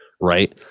right